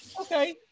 okay